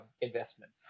investment